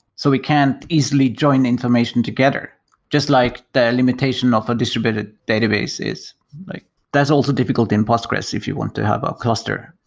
so we can't easily join information together just like the limitation of a distributed database is like that's also difficult in postgres if you want to have a cluster.